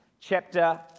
chapter